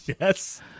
Yes